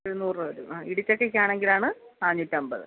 ഇരുനൂറ് രൂപ വരും ആ ഇടിച്ചക്കയ്ക്ക് ആണെങ്കിലാണ് നാനൂറ്റമ്പത്